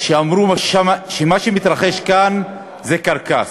שאמרו שמה שמתרחש כאן זה קרקס.